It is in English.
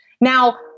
Now